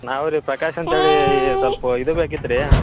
ನಾವು ರೀ ಪ್ರಕಾಶ ಅಂತೇಳಿ ಸೊಲ್ಪ ಇದು ಬೇಕಿತ್ತು ರೀ